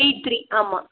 eight three ஆமாம்